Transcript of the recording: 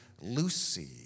Lucy